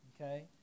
Okay